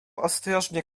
ostrożnie